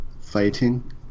fighting